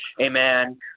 amen